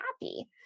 happy